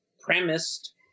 premised